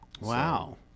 Wow